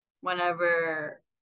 whenever